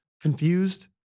confused